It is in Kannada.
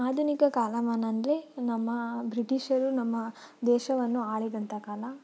ಆಧುನಿಕ ಕಾಲಮಾನ ಅಂದರೆ ನಮ್ಮ ಬ್ರಿಟಿಷರು ನಮ್ಮ ದೇಶವನ್ನು ಆಳಿದಂಥ ಕಾಲ